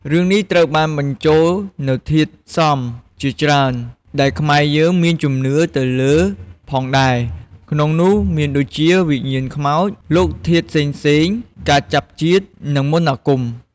រឿងនេះត្រូវបានបញ្ចូលនូវធាតុផ្សំជាច្រើន ដែលខ្មែរយើងមានជំនឿទៅលើផងដែរ ក្នុងនោះមានដូចជា វិញ្ញាណខ្មោច លោកធាតុផ្សេងៗ ការចាប់ជាតិ និងមន្តអាគម។